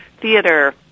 theater